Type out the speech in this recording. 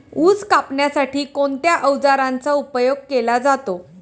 ऊस कापण्यासाठी कोणत्या अवजारांचा उपयोग केला जातो?